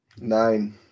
Nine